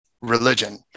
religion